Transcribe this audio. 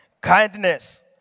kindness